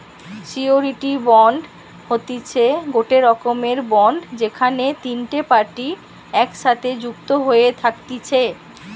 surety bond হতিছে গটে রকমের বন্ড যেখানে তিনটে পার্টি একসাথে যুক্ত হয়ে থাকতিছে